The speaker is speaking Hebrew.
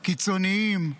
קיצוניים,